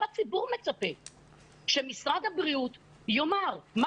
גם הציבור מצפה שמשרד הבריאות יאמר מה